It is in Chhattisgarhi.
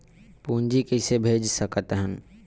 पूंजी कइसे भेज सकत हन?